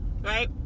right